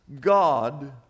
god